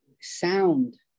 sound